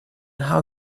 how